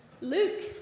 Luke